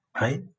right